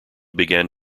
began